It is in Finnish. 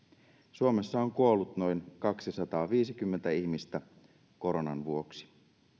suomessa on kuollut noin kaksisataaviisikymmentä ihmistä koronan vuoksi